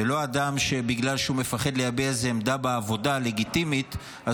ולא אדם שבגלל שהוא מפחד להביע איזו עמדה לגיטימית בעבודה,